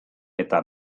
eta